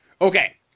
okay